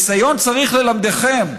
הניסיון צריך ללמדכם.